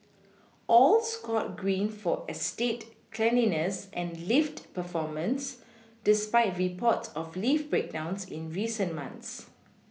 all scored green for estate cleanliness and lift performance despite reports of lift breakdowns in recent months